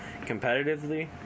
competitively